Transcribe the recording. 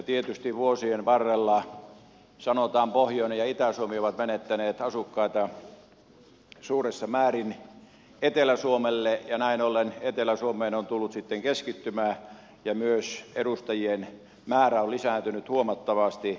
tietysti vuosien varrella sanotaan pohjoinen ja itä suomi ovat menettäneet asukkaita suuressa määrin etelä suomelle ja näin ollen etelä suomeen on tullut sitten keskittymää ja myös edustajien määrä on lisääntynyt huomattavasti